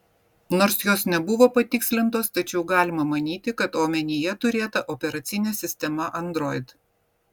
nors jos nebuvo patikslintos tačiau galima manyti kad omenyje turėta operacinė sistema android